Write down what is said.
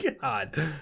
God